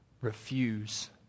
Refuse